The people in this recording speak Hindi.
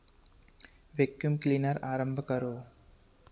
वेक्यूम क्लीनर आरंभ करो